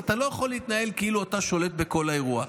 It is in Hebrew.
ואתה לא יכול להתנהל כאילו אתה שולט בכל האירוע.